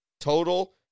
Total